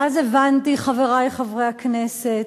ואז הבנתי, חברי חברי הכנסת,